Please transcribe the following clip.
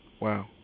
Wow